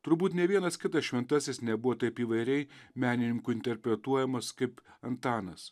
turbūt nė vienas kitas šventasis nebuvo taip įvairiai menininkų interpretuojamas kaip antanas